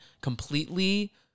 completely